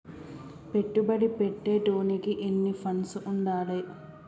పెట్టుబడి పెట్టేటోనికి ఎన్ని ఫండ్స్ ఉండాలే?